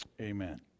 Amen